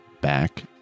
back